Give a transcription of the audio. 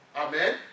Amen